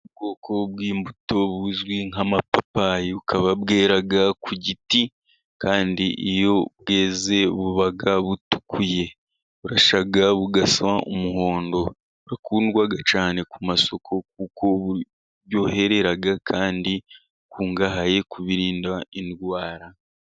Ubwoko bw'imbuto buzwi nk'amapapayi, bukaba bwera ku giti kandi iyo bweze buba butukuye burashya bugasa umuhondo. Burakundwa cyane ku masoko kuko buryoherera kandi bukungahaye ku birinda indwara.